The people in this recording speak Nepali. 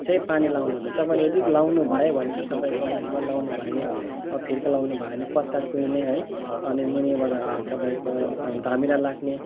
चाहिँ पानी लाउँनु हुँदैन तपाईँले यदि लाउनु भयो भने चाहिँ तपाईँको माथिबाट लाउनु भयो भने फिर्के लाउनु भयो भने पत्ता कुहिने है अन्त मुनिबाट तपाईँको धमिरा लाग्ने